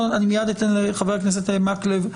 אני מיד אתן לחבר הכנסת מקלב.